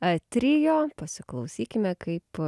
a trio pasiklausykime kaip